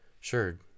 Sure